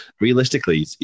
realistically